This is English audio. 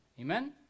Amen